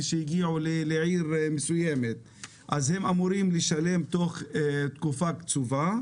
הם אמורים לשלם תוך תקופה קצובה.